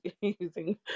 using